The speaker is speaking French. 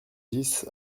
dix